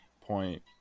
point